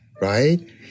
Right